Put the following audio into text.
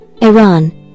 Iran